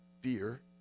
fear